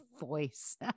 voice